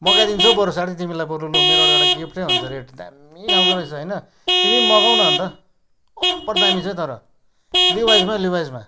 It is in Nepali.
मगाइदिन्छु हौ बरु साथी तिमीलाई बरु लु मेरोबाट एउटा गिफ्टै हुन्छ रेड दामी खालको रहेछ होइन तिमी पनि मगाऊ न अन्त ओभर दामी छ है तर लिभाइजमा लिभाइजमा